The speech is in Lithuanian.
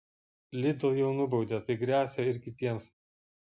lidl jau nubaudė tai gresia ir kitiems